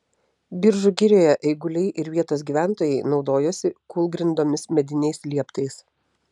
biržų girioje eiguliai ir vietos gyventojai naudojosi kūlgrindomis mediniais lieptais